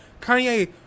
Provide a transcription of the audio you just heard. Kanye